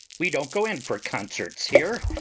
we don't go in for concerts here.